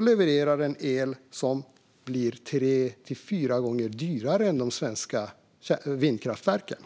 levererar reaktorn el som blir tre till fyra gånger dyrare än elen från de svenska vindkraftverken.